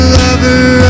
lover